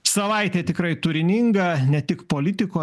savaitė tikrai turininga ne tik politiko